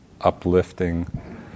uplifting